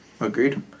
Agreed